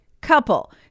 couple